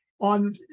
on